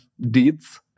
deeds